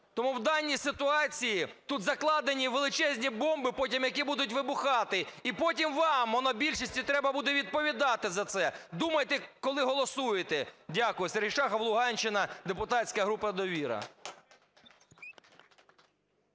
Тому в даній ситуації тут закладені величезні бомби, потім які будуть вибухати. І потім вам, монобільшості, треба буде відповідати за це. Думайте, коли голосуєте. Дякую. Сергій Шахов, Луганщина, депутатська група "Довіра".